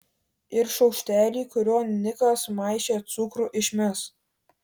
ir šaukštelį kuriuo nikas maišė cukrų išmes